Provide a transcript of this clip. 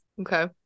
Okay